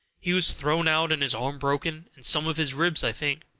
he was thrown out and his arm broken, and some of his ribs, i think.